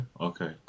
Okay